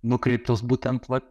nukreiptos būtent vat